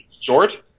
short